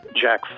Jack